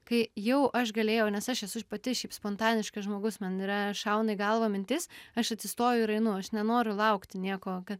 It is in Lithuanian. kai jau aš galėjau nes aš esu aš pati šiaip spontaniškas žmogus man yra šauna į galvą mintis aš atsistoju ir einu aš nenoriu laukti nieko